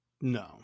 No